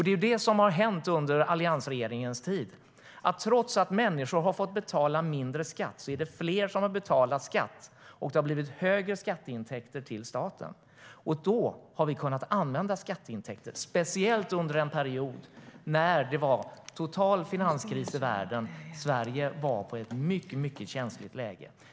Det är det som har hänt under alliansregeringens tid. Trots att människor har fått betala mindre skatt är det fler som har betalat skatt, och det har blivit högre skatteintäkter till staten. Då har vi kunnat använda skatteintäkter, speciellt under en period när det var total finanskris i världen. Sverige var i ett mycket känsligt läge.